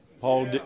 Paul